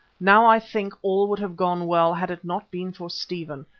now i think all would have gone well had it not been for stephen,